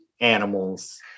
animals